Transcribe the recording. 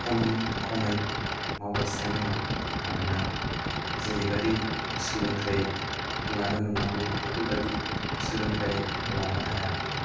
खम खमै मावगासिनो दङ मानोना जेरैबायदि सोलोंथाइ लानो मोन्नांगौ बेफोर बायदि सोलोंथाइ लानो हायाखै मानोना